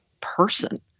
person